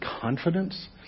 confidence